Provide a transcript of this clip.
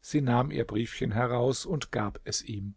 sie nahm ihr briefchen heraus und gab es ihm